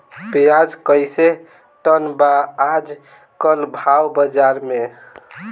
प्याज कइसे टन बा आज कल भाव बाज़ार मे?